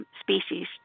species